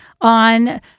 on